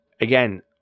again